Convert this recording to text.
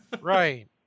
Right